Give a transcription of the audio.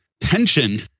Tension